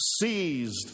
seized